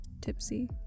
tipsy